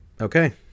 okay